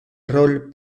rol